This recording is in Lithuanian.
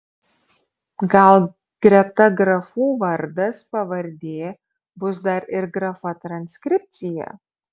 gal greta grafų vardas pavardė bus dar ir grafa transkripcija